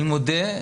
אני מודה,